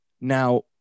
Now